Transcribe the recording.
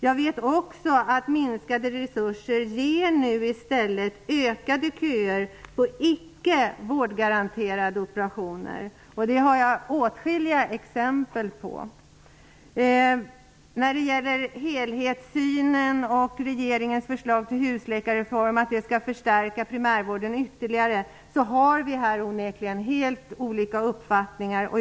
Jag vet också att minskade resurser leder till ökade köer på icke vårdgaranterade operationer. Det har jag åtskilliga exempel på. Helhetssynen och påståendet att regeringens förslag till husläkarreform skall förstärka primärvården ytterligare har vi onekligen helt olika uppfattning om.